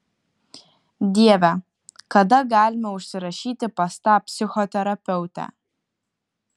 dieve kada galima užsirašyti pas tą psichoterapeutę